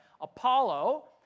Apollo